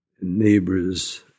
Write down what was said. neighbors